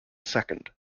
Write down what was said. second